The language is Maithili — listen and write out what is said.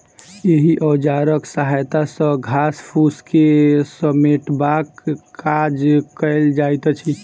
एहि औजारक सहायता सॅ घास फूस के समेटबाक काज कयल जाइत अछि